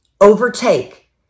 overtake